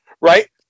right